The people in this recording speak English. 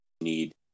Need